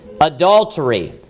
adultery